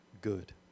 good